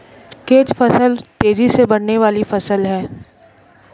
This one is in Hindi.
कैच फसल तेजी से बढ़ने वाली फसल है